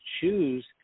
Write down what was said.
choose